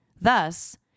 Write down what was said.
Thus